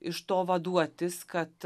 iš to vaduotis kad